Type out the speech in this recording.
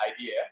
idea